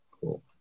Cool